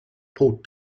port